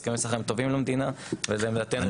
הסכמי סחר הם טובים למדינה וזה עמדתנו,